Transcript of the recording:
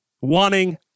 wanting